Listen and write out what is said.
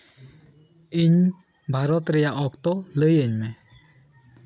ᱤᱧ ᱵᱷᱟᱨᱚᱛ ᱨᱮᱭᱟᱜ ᱚᱠᱛᱚ ᱞᱟᱹᱭ ᱟᱹᱧ ᱢᱮ